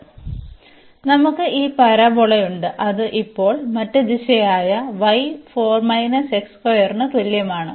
അതിനാൽ നമുക്ക് ഈ പരാബോളയുണ്ട് അത് ഇപ്പോൾ മറ്റ് ദിശയായ y ന് തുല്യമാണ്